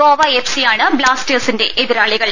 ഗോവ എഫ്സിയാണ് ബ്ലാസ്റ്റേഴ്സിന്റെ എതിരാളികൾ